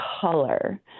color